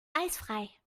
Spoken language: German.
eisfrei